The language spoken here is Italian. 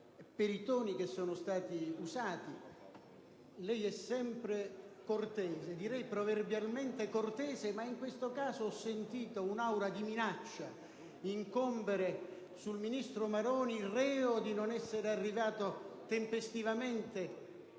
per i toni che sono stati usati. Lei è sempre cortese, direi proverbialmente cortese. Ma in questo caso ho sentito un'aura di minaccia incombere sul ministro Maroni, reo di non essere arrivato tempestivamente,